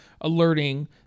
alerting